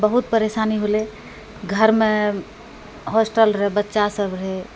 बहुत परेशानी होलै घरमे होस्टल रहै बच्चासब रहै